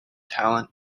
talent